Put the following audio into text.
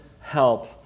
help